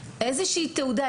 וכולי.